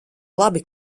labi